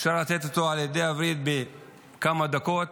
אפשר לתת אותו לווריד בכמה דקות,